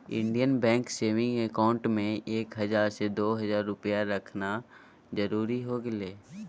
Indian bank saving account में एक हजार से दो हजार रुपया रखना जरूरी हो गेलय